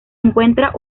encuentra